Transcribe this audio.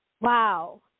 Wow